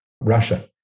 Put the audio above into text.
Russia